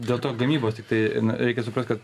dėl to gamybos tiktai reikia suprast kad